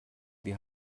wir